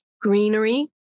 greenery